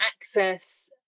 access